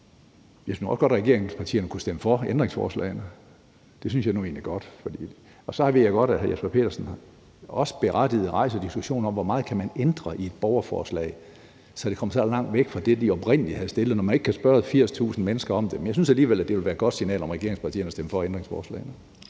jeg synes også godt, at regeringspartierne kunne stemme for ændringsforslagene. Det synes jeg nu egentlig godt. Så ved jeg godt, at hr. Jesper Petersen også berettiget rejser diskussionen om, hvor meget man kan ændre i et borgerforslag, så det kommer langt væk fra det, de oprindelig havde stillet, når man ikke kan spørge 80.000 mennesker om det. Men jeg synes alligevel, at det ville være et godt signal at sende for regeringspartierne at stemme for ændringsforslagene.